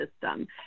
system